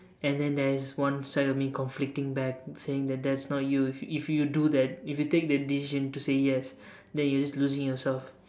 and then there is one side of me conflicting back saying that that's not you if if you do that if you take the decision to say yes then you're just losing yourself